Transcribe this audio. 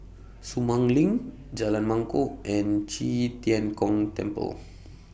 Sumang LINK Jalan Mangkok and Qi Tian Gong Temple